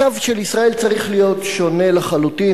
הקו של ישראל צריך להיות שונה לחלוטין,